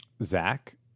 Zach